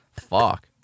Fuck